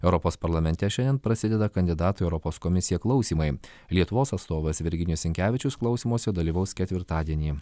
europos parlamente šiandien prasideda kandidatų į europos komisiją klausymai lietuvos atstovas virginijus sinkevičius klausymuose dalyvaus ketvirtadienį